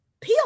pr